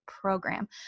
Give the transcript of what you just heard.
program